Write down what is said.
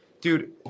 dude